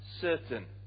certain